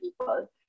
people